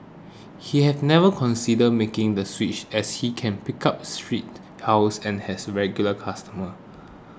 he have never considered making the switch as he can pick up street hails and has regular customers